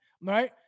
right